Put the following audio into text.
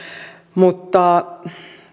mutta